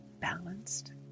balanced